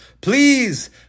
please